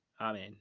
Amen